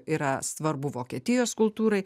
yra svarbu vokietijos kultūrai